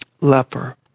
leper